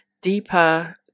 deeper